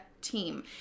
team